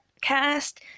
cast